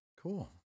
Cool